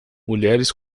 mulheres